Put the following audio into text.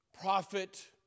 prophet